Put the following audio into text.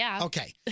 Okay